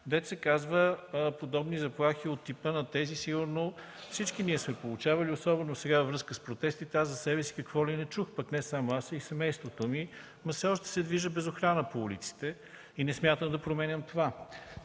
хора охрана. Подобни заплахи от типа на тези сигурно всички ние сме получавали, особено сега, във връзка с протестите. Аз за себе си какво ли не чух, пък не само аз, а и семейството ми, но все още се движа без охрана по улиците и не смятам да променям това.